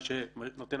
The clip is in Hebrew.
אני ממשיכה